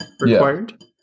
required